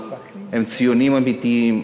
הם ציונים אמיתיים.